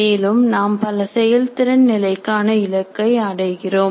மேலும் நாம் பல செயல்திறன் நிலைக்கான இலக்கை அமைக்கிறோம்